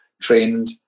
trained